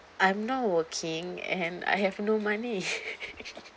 I'm not working and I have no money